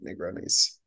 Negronis